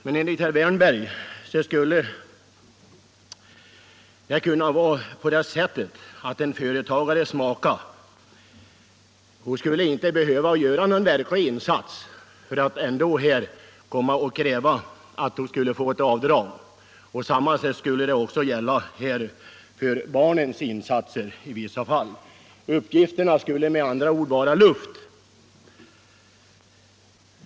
Men enligt herr Wärnberg skulle det kunna vara så, att en företagares maka inte skulle behöva göra någon verklig insats för att ändå kräva att få ett avdrag. Detsamma skulle gälla för barnens insatser i vissa fall. Uppgifterna skulle med andra ord vara luft.